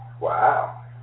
Wow